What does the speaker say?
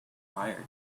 fire